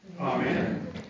Amen